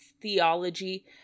theology